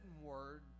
word